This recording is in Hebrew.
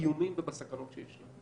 באיומים ובסכנות שיש.